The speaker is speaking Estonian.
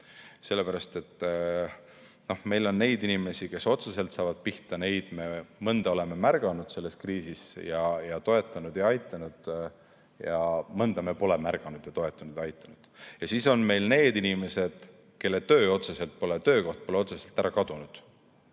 Sellepärast et meil on neid inimesi, kes otseselt saavad pihta, ja neist me mõnda oleme märganud, selles kriisis toetanud ja aidanud. Aga mõnda me pole märganud ja toetanud ja aidanud. Ja siis on meil need inimesed, kelle töö ja töökoht pole otseselt ära kadunud,